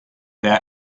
their